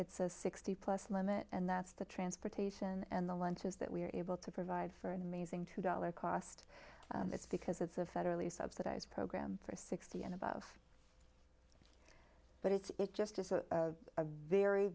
it's a sixty plus limit and that's the transportation and the lunches that we are able to provide for an amazing two dollars cost it's because it's a federally subsidized program for sixty and above but it's it just is a very very